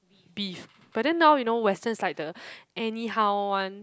beef but then now you know Western is like the anyhow one